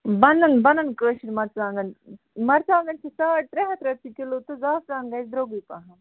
بَنَن بَنَن کٲشِرمرژٕوانٛگن مرژٕوانٛگن چھِ ساڑ ترٛےٚ ہتھ رۄپیہِ کِلوٗ تہٕ زَعفران گَژھِ درٛۄگٔے پَہن